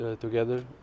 together